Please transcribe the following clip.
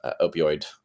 opioid